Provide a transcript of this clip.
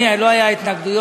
לא היו התנגדויות,